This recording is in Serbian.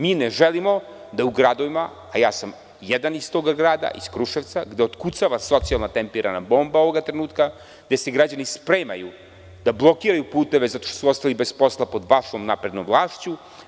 Mi ne želimo da u gradovima, a ja sam jedan iz tog grada, iz Kruševca, gde otkucava socijalna tempirana bomba ovoga trenutka, gde se građani spremaju da blokiraju puteve zato što su ostali bez posla pod vašom naprednom vlašću.